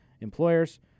employers